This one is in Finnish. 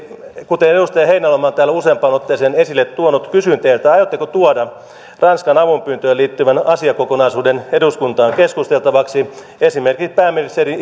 kuten edustaja heinäluoma on täällä useampaan otteeseen esille tuonut kysyn teiltä aiotteko tuoda ranskan avunpyyntöön liittyvän asiakokonaisuuden eduskuntaan keskusteltavaksi esimerkiksi pääministerin